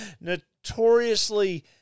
notoriously